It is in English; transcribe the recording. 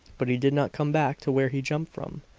but he did not come back to where he jumped from.